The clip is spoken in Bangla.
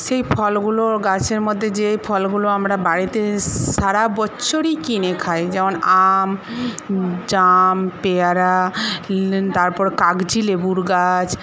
সেই ফলগুলোর গাছের মধ্যে যে ফলগুলো আমরা বাড়িতে স সারা বছরই কিনে খাই যেমন আম জাম পেয়ারা তারপর কাগজি লেবুর গাছ